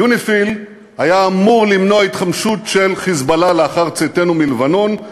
יוניפי"ל היה אמור למנוע התחמשות של "חיזבאללה" לאחר צאתנו מלבנון,